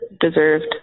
deserved